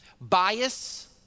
Bias